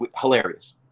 hilarious